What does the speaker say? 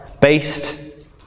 based